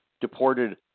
deported